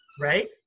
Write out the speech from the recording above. Right